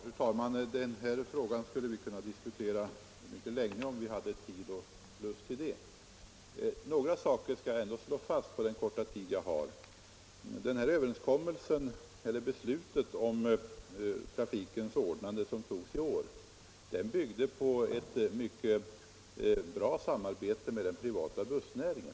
Fru talman! Den här frågan skulle vi kunna diskutera mycket länge, om vi hade tid och lust. Några saker vill jag ändå slå fast på den korta tid jag har till förfogande. Det här beslutet om trafikens ordnande, som togs i år, byggde på ett mycket bra samarbete med den privata bussnäringen.